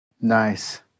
Nice